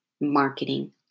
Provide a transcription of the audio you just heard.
marketing